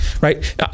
right